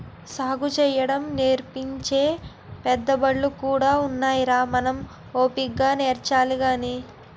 సాగుసేయడం నేర్పించే పెద్దబళ్ళు కూడా ఉన్నాయిరా మనం ఓపిగ్గా నేర్చాలి గాని